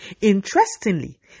Interestingly